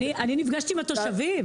נפגשתי עם התושבים.